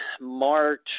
March